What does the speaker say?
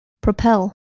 Propel